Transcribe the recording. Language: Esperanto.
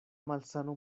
malsano